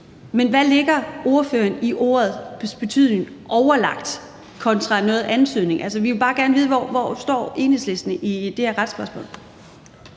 Men hvad lægger ordføreren i ordet overlagt kontra noget antydning? Vi vil bare gerne vide, hvor Enhedslisten står i det her retsspørgsmål.